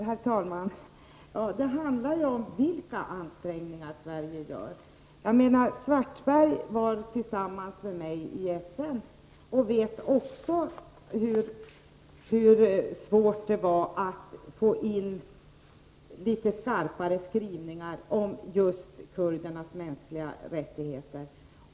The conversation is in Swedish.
Herr talman! Det handlar om vilka ansträngningar Sverige gör. Karl-Erik Svartberg var tillsammans med mig i FN och vet också hur svårt det var att få in litet skarpare skrivningar om just kurdernas mänskliga rättigheter.